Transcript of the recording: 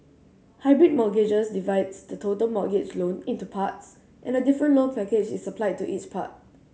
hybrid mortgages divides the total mortgage loan into parts and a different loan package is applied to each part